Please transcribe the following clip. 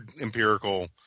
empirical